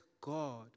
God